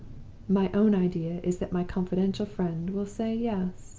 my own idea is that my confidential friend will say yes.